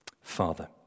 Father